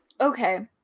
okay